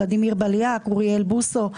ולדימיר בליאק,